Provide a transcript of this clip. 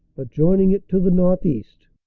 adjoining it to the northeast.